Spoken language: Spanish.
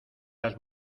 las